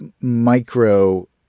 micro